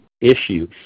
issue